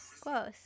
Close